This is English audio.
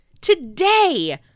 today